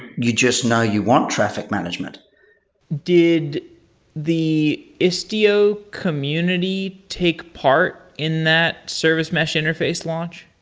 you just know you want traffic management did the istio community take part in that service mesh interface launch?